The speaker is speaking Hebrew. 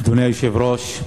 אדוני היושב-ראש,